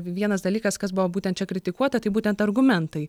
vienas dalykas kas buvo būtent čia kritikuota tai būtent argumentai